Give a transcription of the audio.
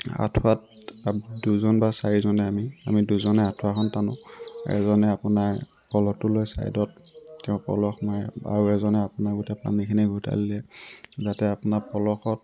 আঠুৱাত দুজন বা চাৰিজনে আমি দুজনে আঠুৱাখন টানো এজনে আপোনাৰ পলহটো লৈ ছাইডত তেওঁ পলহ মাৰে আৰু এজনে আপোনাৰ পানীখিনি ঘোটালি দিয়ে যাতে আপোনাৰ পলহত